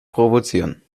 provozieren